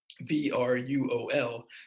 V-R-U-O-L